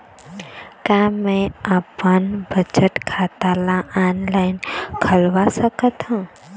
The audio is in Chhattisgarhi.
का मैं अपन बचत खाता ला ऑनलाइन खोलवा सकत ह?